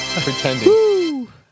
pretending